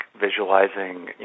visualizing